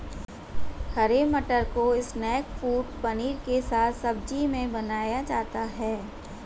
हरे मटर को snack food paneer के साथ सब्जी में बनाया जाता है